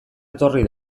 etorri